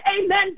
Amen